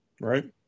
right